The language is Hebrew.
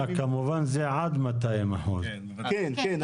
כמובן זה עד 200%. כן, כן.